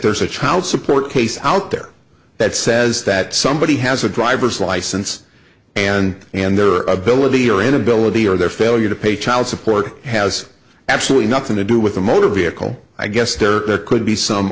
there's a child support case out there that says that somebody has a driver's license and and their ability or inability or their failure to pay child support has absolutely nothing to do with a motor vehicle i guess there could be some